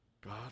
God